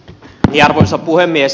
arvoisa puhemies